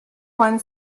one